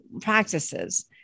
practices